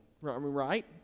right